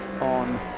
on